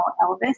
Elvis